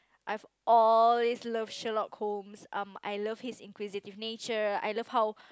I've always love Sherlock-Holmes um I love his inquisitive nature I love how